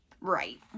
Right